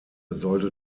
sollte